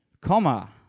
Comma